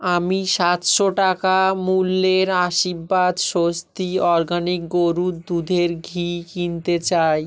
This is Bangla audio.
আমি সাতশো টাকা মূল্যের আশীর্বাদ স্বস্তি অরগানিক গরুর দুধের ঘি কিনতে চাই